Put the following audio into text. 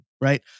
right